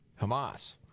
hamas